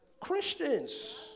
Christians